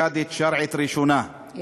קאדית שרעית ראשונה,